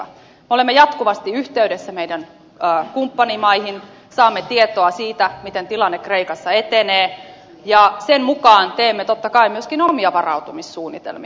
me olemme jatkuvasti yhteydessä meidän kumppanimaihimme saamme tietoa siitä miten tilanne kreikassa etenee ja sen mukaan teemme totta kai myöskin omia varautumissuunnitelmia